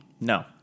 No